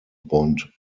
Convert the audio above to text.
bond